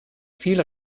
viel